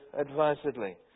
advisedly